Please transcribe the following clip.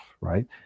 right